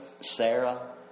Sarah